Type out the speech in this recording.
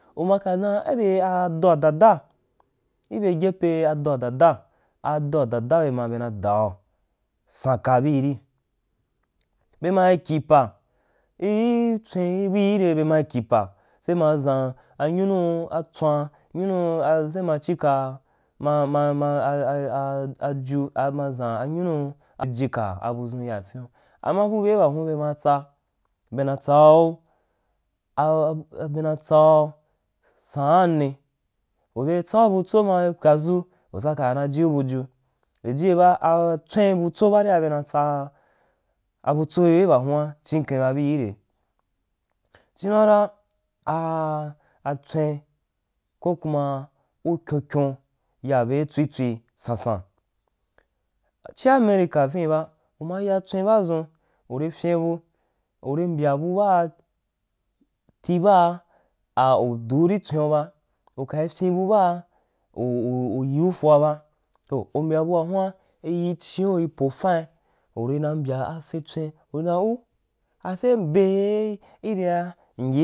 Uma ka dan i be dwa dada i be gyepe a doa dada adoa da da be, ma be na dau san kaa bii ri be mai kyipa i-i tswin bui ire be ma kyi pa se ma ʒan nyunu tswan se ma chika mamma aju ma ʒan amjunu unla jiku abudʒun iya fiun, ama bubei bahun bema tsa bena tsau a a bena tsan saan ni a be tsau butso ma, pwadʒu utsa ka jiu buju jiye ba atwiun butso baaria be na tsa abatsa iyo i befiyan chiken ba builre china ra a atswen ko kuma u kyon kyon ya be tswi tswi san san chía america vin ba, uma ya tswin baadʒu uri fyín bu uri mbaya bu baati baa u duu ri aswiun ba u kew fyen by baa u ujiu go aba foh u mbya bu baa ri yi chín ri po fevia u mbya oh ase mbere a